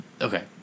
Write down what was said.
okay